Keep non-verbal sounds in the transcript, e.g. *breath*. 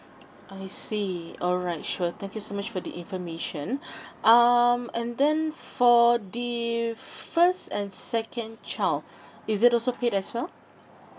I see alright sure thank you so much for the information *breath* um and then for the first and second child *breath* is it also paid as well